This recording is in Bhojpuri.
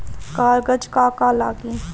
कागज का का लागी?